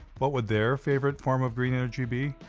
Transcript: what would their favorite form of green energy be?